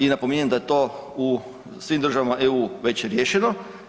I napominjem da je to u svim državama EU već riješeno.